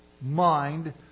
mind